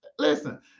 Listen